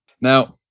Now